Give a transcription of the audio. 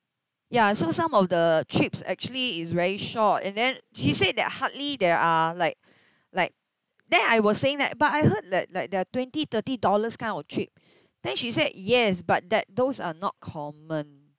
ya so some of the trips actually is very short and then she said that hardly there are like like then I was saying that but I heard that like there twenty thirty dollars kind of trip then she said yes but that those are not common